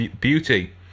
beauty